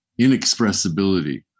inexpressibility